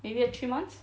maybe a three months